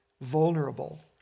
vulnerable